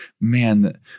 man